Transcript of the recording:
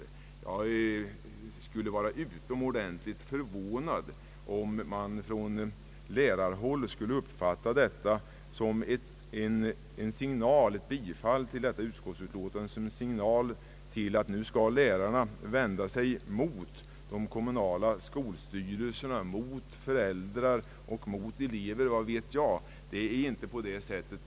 Jag skulle bli utomordentligt förvånad om man från lärarhåll skulle uppfatta ett bifall till utskottets utlå tande som en signal till att lärarna skall vända sig emot de kommunala skolstyrelserna, mot föräldrar och mot elever; vad vet jag? Det är nu inte på det sättet.